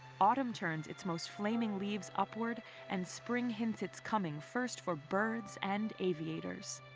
autumn turns its most flaming leaves upward and spring hints its coming first for birds and aviator's.